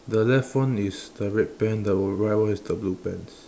the left one is the red pants the right one is the blue pants